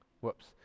Whoops